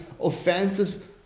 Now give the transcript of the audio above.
offensive